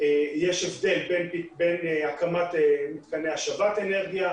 יש הבדל בין הקמת מתקני השבת אנרגיה,